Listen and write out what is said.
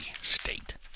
State